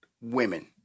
women